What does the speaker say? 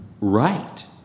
right